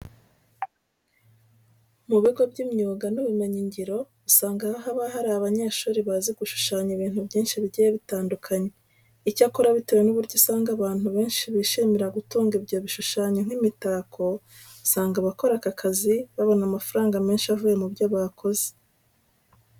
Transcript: Mu bigo by'imyuga n'ubumenyingiro usanga haba hari abanyeshuri bazi gushushanya ibintu byinshi bigiye bitandukanye. Icyakora bitewe n'uburyo usanga abantu benshi bishimira gutunga ibyo bishushanyo nk'imitako, usanga abakora aka kazi babona amafaranga menshi avuye mu byo bakoze.